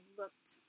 looked